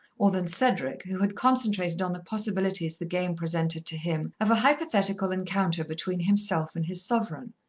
or than cedric, who had concentrated on the possibilities the game presented to him of a hypothetical encounter between himself and his sovereign.